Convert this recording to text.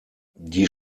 die